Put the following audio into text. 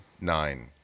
nine